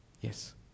Yes